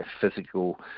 physical